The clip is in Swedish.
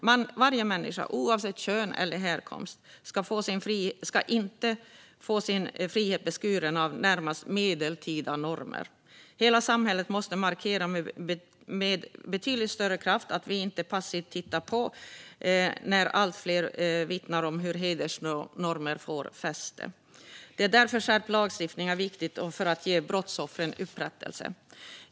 Ingen människa, oavsett kön eller härkomst, ska få sin frihet beskuren av närmast medeltida normer. Hela samhället måste markera med betydligt större kraft att vi inte passivt tittar på när allt fler vittnar om hur hedersnormer får fäste. Därför är det viktigt med skärpt lagstiftning. Det handlar också om att ge brottsoffren upprättelse.